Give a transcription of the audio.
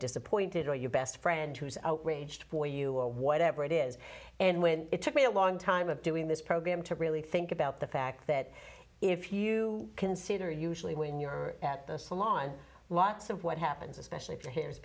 disappointed or your best friend who is outraged for you or whatever it is and when it took me a long time of doing this program to really think about the fact that if you consider usually when you're at the salon lots of what happens especially if your h